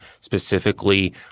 specifically